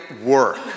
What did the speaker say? work